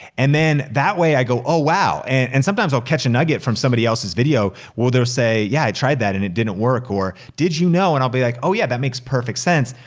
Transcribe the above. and then, that way i go, oh wow. and and sometimes i'll catch a nugget from somebody else's video where they'll say, yeah, i tried that and it didn't work. or, did you know? and i'll be like, oh yeah, that makes perfect sense.